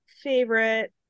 favorite